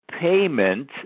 payment